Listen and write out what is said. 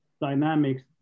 dynamics